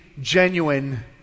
genuine